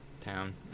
town